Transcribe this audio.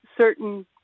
certain